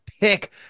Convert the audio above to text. pick